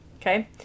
Okay